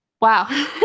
Wow